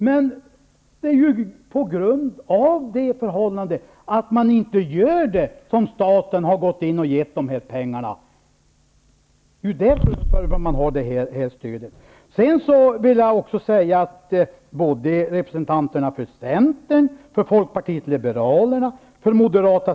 Men det är ju på grund av det förhållandet att de inte gör det som staten har gått in och bidragit med pengar. Det är anledningen till stödet.